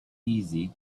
easy